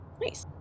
Nice